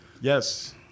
yes